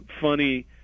funny